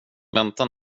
vänta